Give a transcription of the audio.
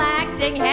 acting